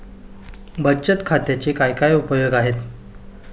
बचत खात्याचे काय काय उपयोग आहेत?